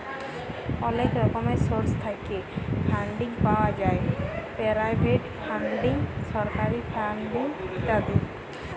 অলেক রকমের সোর্স থ্যাইকে ফাল্ডিং পাউয়া যায় পেরাইভেট ফাল্ডিং, সরকারি ফাল্ডিং ইত্যাদি